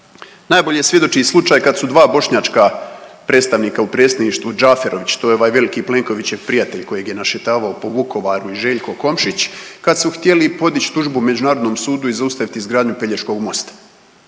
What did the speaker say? najbolje svjedoči slučaj kad su dva bošnjačka predstavnika u predsjedništvu Đafirović to je ovaj veliki Plenkovićev prijatelj koje je našetavao po Vukovaru i Željko Komšić kad su htjeli podići tužbu međunarodnom sudu i zaustavit izgradnju Pelješkog mosta.